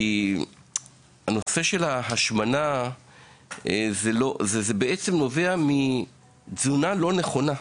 כי סיבת ההשמנה היא תזונה לא נכונה.